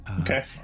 Okay